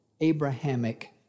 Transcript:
Abrahamic